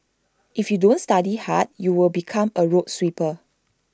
if you don't study hard you will become A road sweeper